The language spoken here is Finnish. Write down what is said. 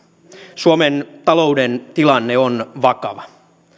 suomen talouden tilanne on vakava